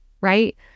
right